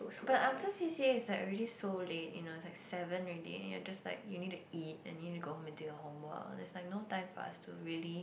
but after C_C_A it's like already so late you know it's like seven already and you're just like you need to eat and you need to go home and do your homework there's like no time for us to really